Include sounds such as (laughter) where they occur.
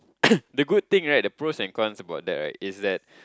(coughs) the good thing at the pros and cons about that right is that